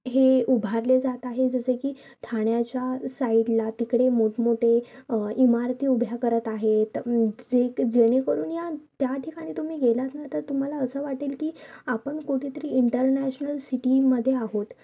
हे उभारले जात आहे जसं की ठाण्याच्या साइडला तिकडे मोठमोठे इमारती उभ्या करत आहेत जे जेणेकरून या त्या ठिकाणी तुम्ही गेलात ना तर तुम्हाला असं वाटेल की आपण कुठे तरी इंटलनॅशनल सिटीमध्ये आहोत